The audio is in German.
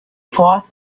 forsyth